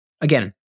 Again